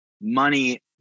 money